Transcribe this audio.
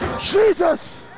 Jesus